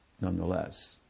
nonetheless